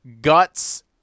guts